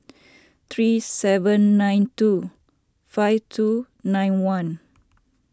three seven nine two five two nine one